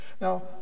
now